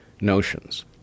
notions